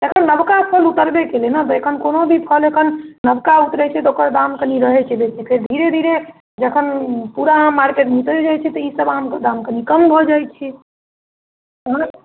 एखन नबका फल उतरबे केलै ने तऽ कोनो भी फल एखन नबका उपजै छै तऽ ओकर दाम कनी रहै छै बेसी फेर धीरे धीरे जखन पूरा आम मार्केटमे उतरि जाइ छै तऽ ईसब आमके दाम कनी कम भऽ जाइ छै अहाँ